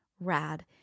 rad